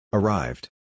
Arrived